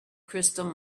crystal